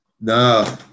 No